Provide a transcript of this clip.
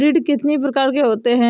ऋण कितनी प्रकार के होते हैं?